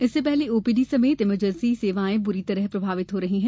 इससे ओपीडी समेत इमर्जेंसी सेवाएं बुरी तरह प्रभावित हो रही हैं